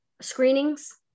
screenings